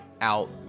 out